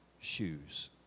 shoes